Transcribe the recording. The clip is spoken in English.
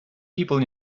people